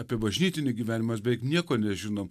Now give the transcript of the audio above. apie bažnytinį gyvenimą mes beveik nieko nežinom